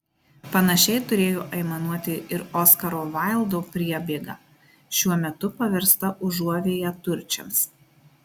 panašiai turėjo aimanuoti ir oskaro vaildo priebėga šiuo metu paversta užuovėja turčiams